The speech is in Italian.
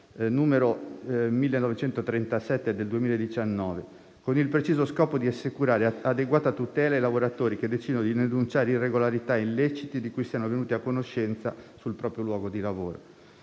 n. 1937 del 2019, con il preciso scopo di assicurare un'adeguata tutela ai lavoratori che decidono di denunciare irregolarità e illeciti di cui siano venuti a conoscenza nel proprio luogo di lavoro.